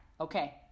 Okay